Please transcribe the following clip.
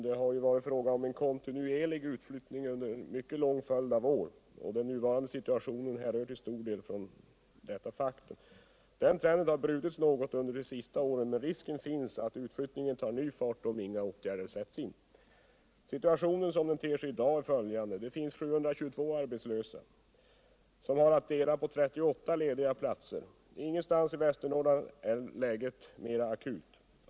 Det har ju här varit fråga om en kontinuerlig utflyttning under en mycket lång följd av år. och den nuvarande situationen utgår till stor del från detta faktum. Den trenden har brutits något under de senaste åren, men risken finns att utflyttningen tar ny fart om inga åtgärder sätts in. Situationen som den ter sig i dag är följande. Det finns 722 arbetslösa som har att dela på 38 lediga platser. Ingenstansi Västernorrland är läget mer akut.